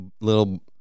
little